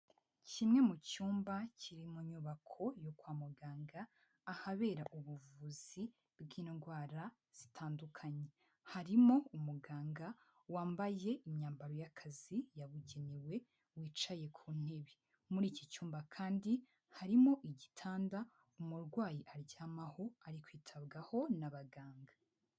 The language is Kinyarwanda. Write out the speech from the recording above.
Kimwe mucyumba kiri munyubako yo kwa muganga ahabera ubuvuzi bw'indwara zitandukanye, harimo umuganga wambaye imyambaro y'akazi yabugenewe wicaye ku ntebe. Muri iki cyumba kandi harimo igitanda umurwayi aryamaho arikwitabwaho n'abaganga.